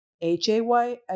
H-A-Y